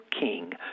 king